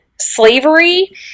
slavery